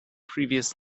previous